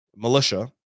Militia